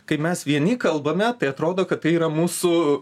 kai mes vieni kalbame tai atrodo kad tai yra mūsų